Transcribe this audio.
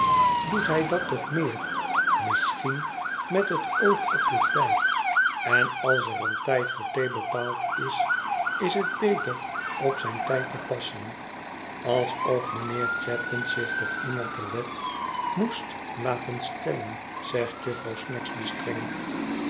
doet hij dat toch meer misschien met het oog op den tijd en als er een tijd voor thee bepaald is is het beter op zijn tijd te passen alsof mijnheer chadband zich door iemand de wet moest laten stellen zegt jufvrouw snagsby streng